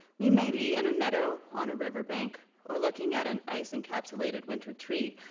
we may be in a meadow, on a river bank, or looking at an ice encapsulated winter tree,